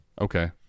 Okay